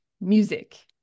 music